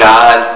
God